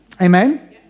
Amen